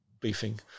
beefing